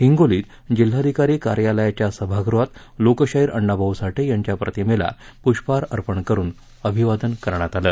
हिंगोलीत जिल्हाधिकारी कार्यालयाच्या सभागृहात लोकशाहीर अण्णाभाऊ साठे यांच्या प्रतिमेस पृष्पहार अर्पण करून अभिवादन करण्यात आलं